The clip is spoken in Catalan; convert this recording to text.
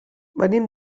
venim